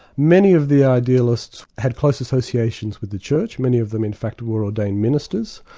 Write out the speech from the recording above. many of the idealists had close associations with the church, many of them in fact were ordained ministers,